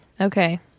okay